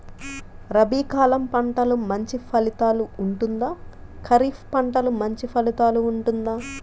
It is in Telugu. రబీ కాలం పంటలు మంచి ఫలితాలు ఉంటుందా? ఖరీఫ్ పంటలు మంచి ఫలితాలు ఉంటుందా?